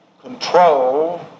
control